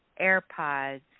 AirPods